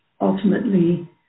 Ultimately